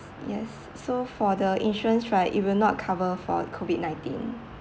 yes so for the insurance right it will not cover for COVID nineteen